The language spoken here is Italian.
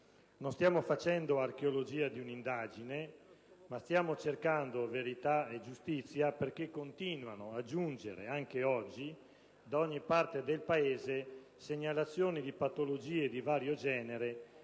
Non stiamo facendo archeologia di un'indagine, ma stiamo cercando verità e giustizia, perché continuano a giungere anche oggi, da ogni parte del Paese, segnalazioni di patologie di vario genere